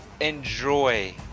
enjoy